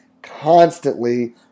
constantly